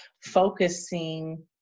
focusing